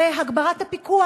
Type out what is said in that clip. זה הגברת הפיקוח.